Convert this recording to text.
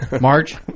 March